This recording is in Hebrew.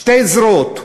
שתי זרועות: